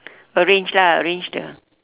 arrange lah arrange the